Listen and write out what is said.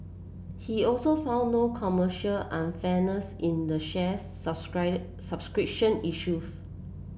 he also found no commercial unfairness in the share subscribed subscription issues